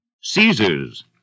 Caesar's